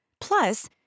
Plus